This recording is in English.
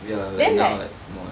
then like